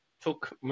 took